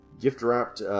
gift-wrapped